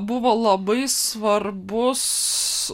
buvo labai svarbus